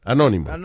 Anônimo